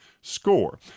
score